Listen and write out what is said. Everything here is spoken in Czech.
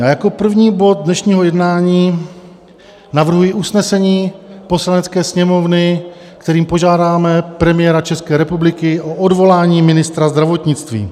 A jako první bod dnešního jednání navrhuji usnesení Poslanecké sněmovny, kterým požádáme premiéra České republiky o odvolání ministra zdravotnictví.